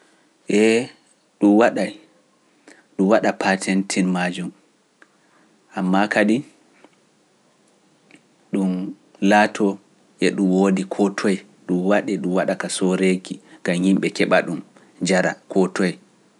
Ɗum waɗa paateentiin maajum, ammaa kadi ɗum laatoo e ɗum woodi koo toy, ɗum waɗi ɗum waɗa ka sooreeki, ka yimɓe keɓa ɗum njara koo toy.